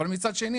אבל מצד שני,